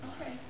Okay